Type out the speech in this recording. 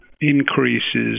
increases